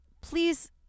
please